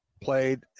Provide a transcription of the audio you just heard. Played